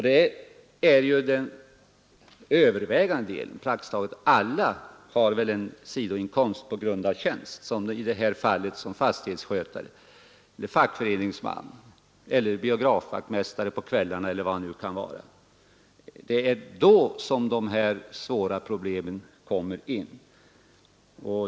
Den övervägande delen, ja praktiskt taget alla extrainkomster utgår på grund av anställning, t.ex. som fastighetsskötare, fackföreningsman eller biografvaktmästare. Det är i sådana fall dessa svåra problem kommer in.